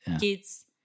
kids